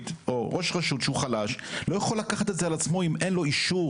ראש רשות שהוא חלש לא יכול לקחת את זה על עצמו אם אין לו אישור.